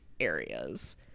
areas